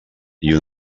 una